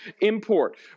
import